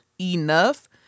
enough